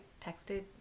texted